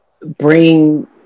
bring